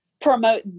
promote